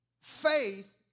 Faith